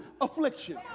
affliction